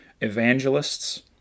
evangelists